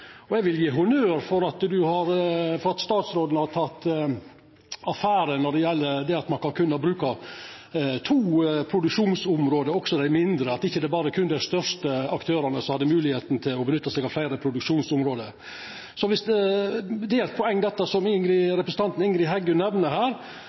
Eg vil gje honnør til statsråden for at han har teke affære når det gjeld det at ein kan bruka to produksjonsområde, også dei mindre, slik at det ikkje berre er dei største aktørane som har moglegheit til å nytta fleire produksjonsområde. Så det er eit poeng det som